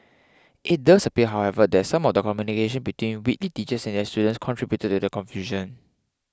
it does appear however that some of the communication between Whitley teachers and their students contributed to the confusion